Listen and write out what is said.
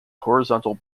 horizontal